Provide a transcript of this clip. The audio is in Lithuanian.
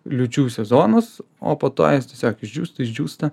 liūčių sezonus o po to jis tiesiog išdžiūsta išdžiūsta